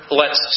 lets